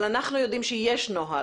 אבל אנחנו יודעים שיש נוהל.